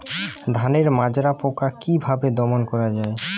ধানের মাজরা পোকা কি ভাবে দমন করা যাবে?